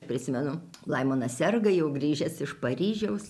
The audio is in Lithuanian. prisimenu laimonas serga jau grįžęs iš paryžiaus